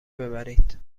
ببرید